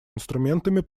инструментами